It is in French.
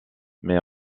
mais